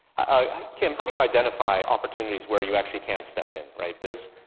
ah, kim, how do you identify opportunities where you actually can step in, right? there's,